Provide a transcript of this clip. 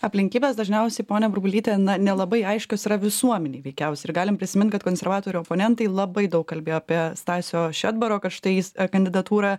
aplinkybės dažniausiai ponia burbulyte na nelabai aiškios yra visuomenei veikiausiai ir galim prisimint kad konservatorių oponentai labai daug kalbėjo apie stasio šedbaro kad štai jis e kandidatūrą